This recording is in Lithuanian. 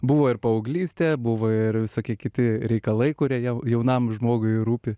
buvo ir paauglystė buvo ir visokie kiti reikalai kurie jau jaunam žmogui rūpi